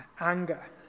Anger